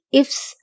ifs